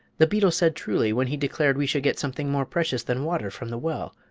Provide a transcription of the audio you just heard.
the beetle said truly when he declared we should get something more precious than water from the well.